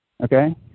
Okay